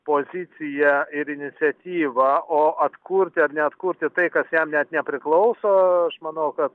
poziciją ir iniciatyvą o atkurti ar neatkurti tai kas jam net nepriklauso aš manau kad